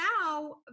now